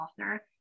author